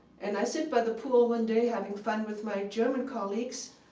and i sat by the pool one day, having fun with my german colleagues,